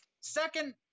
Second